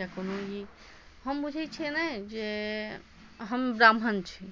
या कोनो ई हम बुझै छियै ने जे हम ब्राह्मण छी